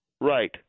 right